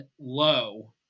low